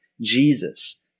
Jesus